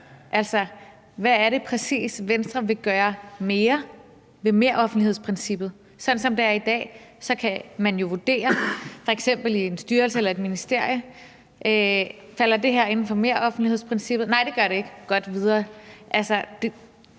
Altså, hvad er det præcis, Venstre vil gøre mere ved meroffentlighedsprincippet? Sådan som det er i dag, kan man jo vurdere f.eks. i en styrelse eller i et ministerie, om det her falder inden for meroffentlighedsprincippet: Nej, det gør det ikke. Godt, videre. Altså,